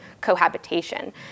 cohabitation